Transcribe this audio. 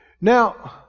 Now